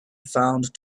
found